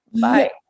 bye